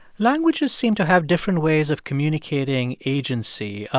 languages seem to have different ways of communicating agency.